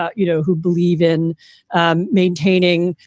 ah you know who believe in and maintaining,